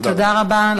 תודה רבה.